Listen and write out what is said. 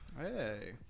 Hey